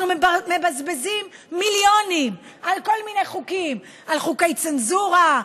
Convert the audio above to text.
אנחנו מבזבזים מיליונים על כל מיני חוקים: על חוקי צנזורה,